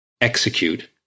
execute